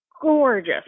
gorgeous